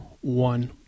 one